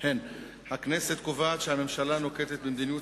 הכנסת קובעת שהממשלה נוקטת מדיניות